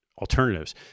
alternatives